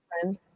friend